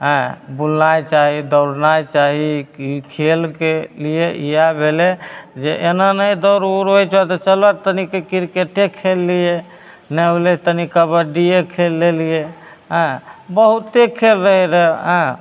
हेँ बुलना चाही दौड़ना चाही कि खेलके लिए इएह भेलै जे एना नहि दौड़ उड़ होइ छऽ तऽ चलऽ तनिके किरकेटे खेल लिए नहि होलै तनि कबड्डिए खेलि लेलिए एँ बहुते खेलै रहै हेँ